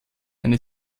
eine